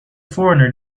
foreigner